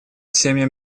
семьям